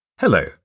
Hello